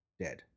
dead